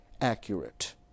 accurate